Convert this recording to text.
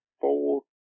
four